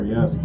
Yes